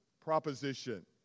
proposition